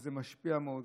וזה משפיע מאוד.